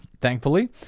Thankfully